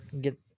get